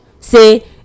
say